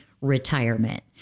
retirement